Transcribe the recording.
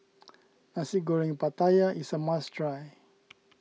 Nasi Goreng Pattaya is a must try